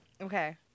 Okay